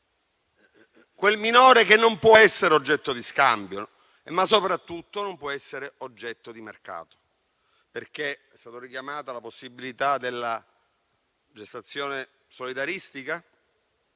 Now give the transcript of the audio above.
Quel minore non può essere oggetto di scambio, ma soprattutto non può essere oggetto di mercato. È stata richiamata la possibilità della gestazione solidaristica,